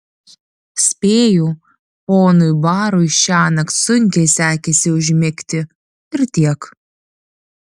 spėju ponui barui šiąnakt sunkiai sekėsi užmigti ir tiek